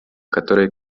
которые